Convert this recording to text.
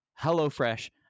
HelloFresh